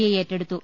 I ഏറ്റെടുത്തു